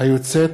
היוצאת